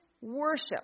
worship